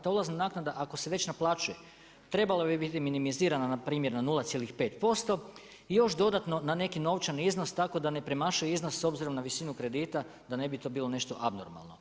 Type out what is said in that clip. Ta ulazna naknada ako se već naplaćuje trebala bi biti minimizirana npr. na 0,5% i još dodatno na neki novčani iznos, tako da ne premašuje iznos s obzirom na visinu kredita, da ne bi to bilo nešto abnormalno.